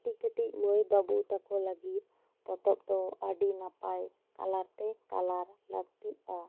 ᱠᱟᱹᱴᱤᱡ ᱠᱟᱹᱴᱤᱡ ᱢᱟᱹᱭ ᱵᱟᱹᱵᱩ ᱛᱟᱠᱚ ᱞᱟᱹᱜᱤᱫ ᱯᱚᱛᱚᱵ ᱫᱚ ᱟᱹᱰᱤ ᱱᱟᱯᱟᱭ ᱛᱟᱞᱟᱛᱮ ᱠᱟᱞᱟᱨ ᱞᱟᱹᱠᱛᱤᱜᱼᱟ